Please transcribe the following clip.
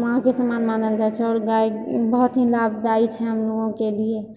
माँके समान मानल जाए छै आओर गाइ बहुत ही लाभदाइ छै हम लोकके लिए